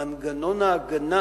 מנגנון ההגנה